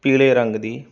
ਪੀਲੇ ਰੰਗ ਦੀ